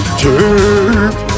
Take